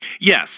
Yes